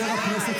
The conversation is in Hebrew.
-- מרצח עם,